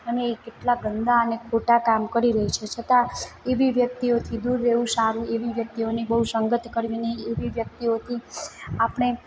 અને એ કેટલાં ગંદા અને ખોટાં કામ કરી રહી છે છતાં એવી વ્યક્તિઓથી દૂર રહેવું સારું એવી વ્યક્તિઓની બહુ સંગત કરવી નહીં એવી વ્યક્તિઓથી આપણે